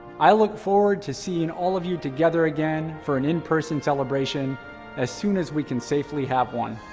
i look forward to seeing all of you together again for an in-person celebration as soon as we can safely have one.